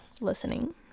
listening